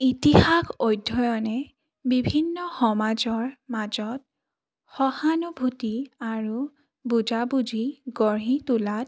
ইতিহাস অধ্যয়নে বিভিন্ন সমাজৰ মাজত সহানুভূতি আৰু বুজাবুজি গঢ়ি তোলাত